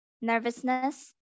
nervousness